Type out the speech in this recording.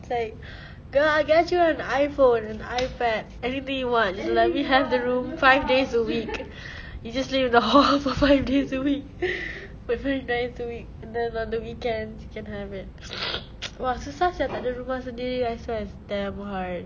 it's like girl I'll get you an iphone and ipad anything you want just let me have the room five days a week you just live in the hall for five days a week a few nights a week and then on the weekends you can have it !wah! susah sia tak ada rumah sendiri I swear it's damn hard